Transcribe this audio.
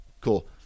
cool